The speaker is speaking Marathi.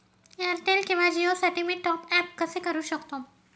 एअरटेल किंवा जिओसाठी मी टॉप ॲप कसे करु शकतो?